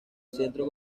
centro